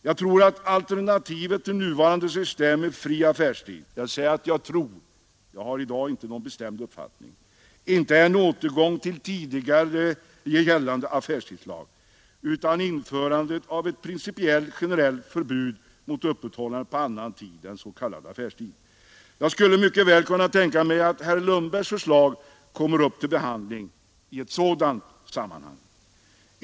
Jag tror att alternativet till nuvarande system med fri affärstid — jag säger att jag tror, jag har i dag inte någon bestämd uppfattning — inte är en återgång till tidigare gällande affärstidslag utan införandet av ett i princip generellt förbud mot öppethållande på annan tid än s.k. affärstid. Jag skulle mycket väl kunna tänka mig att herr Lundbergs förslag kommer upp till behandling i ett sådant sammanhang.